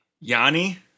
Yanni